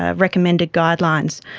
ah recommended guidelines,